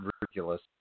ridiculous